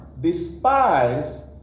despise